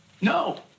No